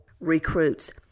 recruits